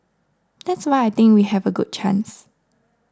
that's why I think we have a good chance